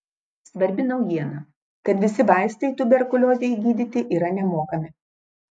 svarbi naujiena kad visi vaistai tuberkuliozei gydyti yra nemokami